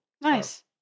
Nice